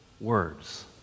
words